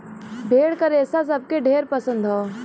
भेड़ क रेसा सबके ढेर पसंद हौ